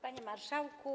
Panie Marszałku!